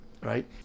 right